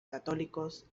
católicos